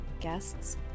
guests